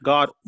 God